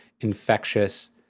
infectious